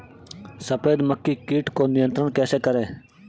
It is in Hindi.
सफेद मक्खी कीट को नियंत्रण कैसे करें?